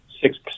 six